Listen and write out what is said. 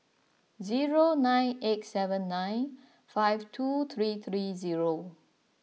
zero nine eight seven nine five two three three zero